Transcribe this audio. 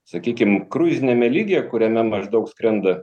sakykim kruiziniame lygyje kuriame maždaug skrenda